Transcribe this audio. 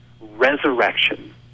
resurrection